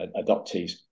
adoptees